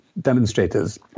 demonstrators